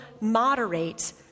moderate